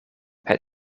het